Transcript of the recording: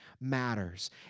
matters